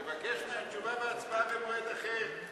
תבקש מהם תשובה והצבעה במועד אחר.